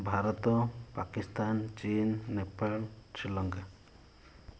ଭାରତ ପାକିସ୍ଥାନ ଚୀନ ନେପାଳ ଶ୍ରୀଲଙ୍କା